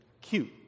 cute